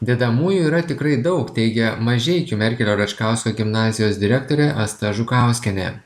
dedamųjų yra tikrai daug teigia mažeikių merkelio račkausko gimnazijos direktorė asta žukauskienė